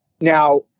Now